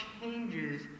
changes